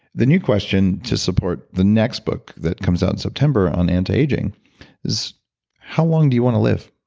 the new question to support the next book that comes out in september on anti aging is how long do you want to live?